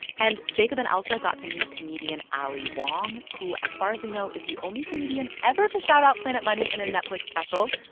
and jacob and ailsa got to meet comedian ali wong, who, as far as we know, is the only comedian ever to shout out planet money in a netflix special.